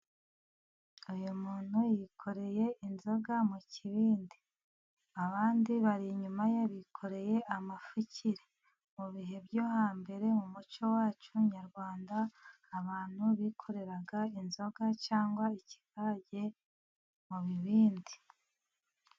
Uyu muntu yikoreye inzoga mu kibindi, abandi bari inyuma ye bikoreye amapfukire. Mu bihe byo hambere mu muco wacu nyarwanda abantu bikoreraga inzoga cyangwa ikigage mu bibindi.